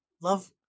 love